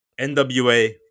nwa